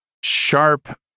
sharp